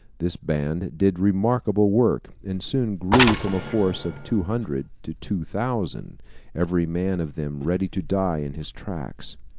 this band did remarkable work, and soon grew from a force of two hundred, to two thousand every man of them ready to die in his tracks.